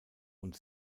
und